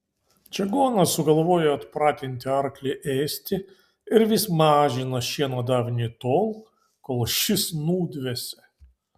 čigonas sugalvojo atpratinti arklį ėsti ir vis mažino šieno davinį tol kol šis nudvėsė